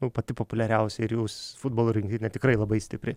nu pati populiariausia ir jūs futbolo rinktinė tikrai labai stipri